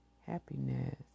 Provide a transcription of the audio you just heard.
Happiness